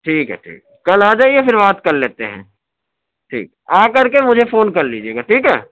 ٹھیک ہے ٹھیک ہے کل آ جائیے پھر بات کر لیتے ہیں ٹھیک آ کر کے مجھے فون کر لیجیے گا ٹھیک ہے